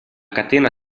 catena